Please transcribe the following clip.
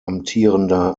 amtierender